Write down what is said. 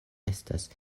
estas